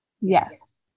Yes